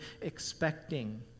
expecting